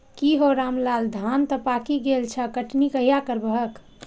की हौ रामलाल, धान तं पाकि गेल छह, कटनी कहिया करबहक?